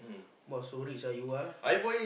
!wah! so rich ah you ah